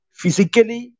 Physically